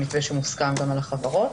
מתווה שמוסכם גם על החברות.